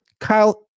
Kyle